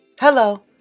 Hello